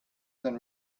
than